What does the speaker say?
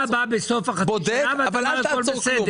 אתה בא אחרי חצי שנה ואומר שהכול בסדר.